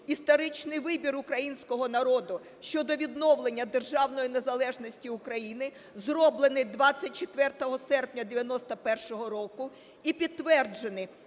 історичний вибір українського народу щодо відновлення державної незалежності України, зроблений 24 серпня 91-го року і підтверджений